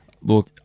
Look